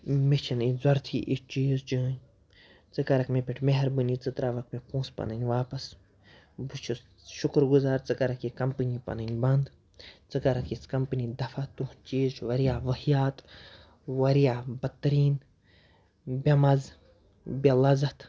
مےٚ چھِنہٕ اِتھ ضوٚرتھٕے اِتھ چیٖز چٲنۍ ژٕ کَرَکھ مےٚ پٮ۪ٹھ مہربٲنی ژٕ ترٛاوَکھ مےٚ پونٛسہٕ پَنٕںۍ واپَس بہٕ چھُس شُکر گُزار ژٕ کَرَکھ یہِ کَمپٔنی پَنٕنۍ بنٛد ژٕ کَرَکھ یِژھ کَمپٔنی دَفہ تُہُنٛد چیٖز چھِ واریاہ واہیات واریاہ بدتریٖن بے مَزٕ بے لَذت